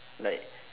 like